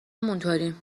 همونطوریم